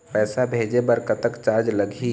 पैसा भेजे बर कतक चार्ज लगही?